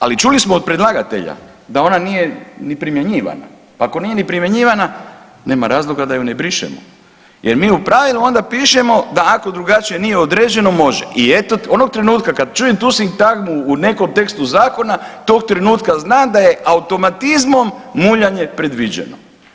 Ali čuli smo od predlagatelja da ona nije ni primjenjivana, pa ako nije primjenjivana nema razloga da ju ne brišemo jer mi u pravilu onda pišemo da ako drugačije nije određeno može i eto onog trenutka kad čujem tu sintagmu u nekom tekstu zakona tog trenutka znam da je automatizmom muljanje predviđeno.